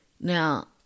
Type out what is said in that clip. Now